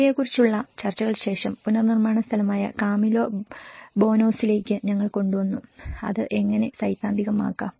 ഇവയെക്കുറിച്ചുള്ള ചർച്ചകൾക്ക് ശേഷം പുനർനിർമ്മാണ സ്ഥലമായ കാമിലോ ബോനോസിലേക്ക് ഞങ്ങൾ കൊണ്ടുവന്നു അത് എങ്ങനെ സൈദ്ധാന്തികമാക്കാം